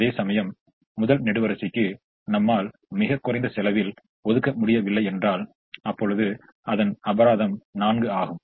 அதேசமயம் முதல் நெடுவரிசைக்கு நம்மால் மிகக் குறைந்த செலவில் ஒதுக்க முடியவில்லை என்றால் அப்பொழுது அபராதம் 4 ஆகும்